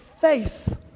faith